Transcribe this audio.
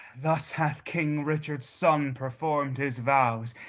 thus hath king richard's son performed his vows,